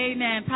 Amen